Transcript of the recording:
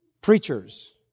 preachers